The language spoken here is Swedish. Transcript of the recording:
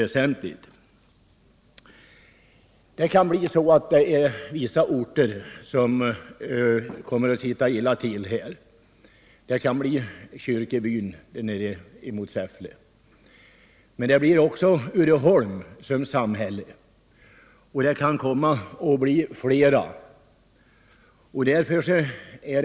Vissa orter kan i detta sammanhang komma att sitta illa till, t.ex. Kyrkebyn i närheten av Säffle. Men det kan också gälla samhället Uddeholm och flera andra orter.